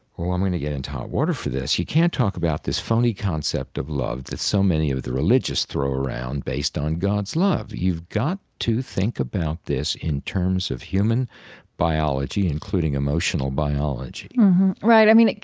oh, i'm going to get into hot water for this, you can't talk about this phony concept of love that so many of the religious throw around based on god's love. you've got to think about this in terms of human biology, including emotional biology right. i mean,